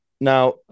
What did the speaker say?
Now